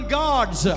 gods